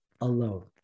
alone